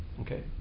Okay